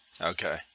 Okay